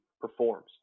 performs